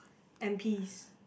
and peas